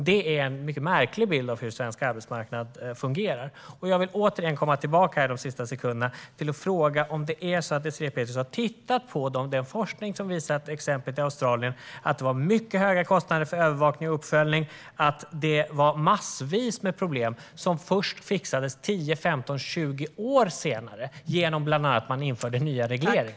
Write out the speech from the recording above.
Det är en mycket märklig bild av hur svensk arbetsmarknad fungerar. Jag vill återigen fråga om Désirée Pethrus har tittat på den forskning som visar att man i exemplet Australien hade mycket höga kostnader för övervakning och uppföljning och att det var massvis med problem som fixades först 10, 15 eller 20 år senare, bland annat genom nya regleringar.